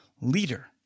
leader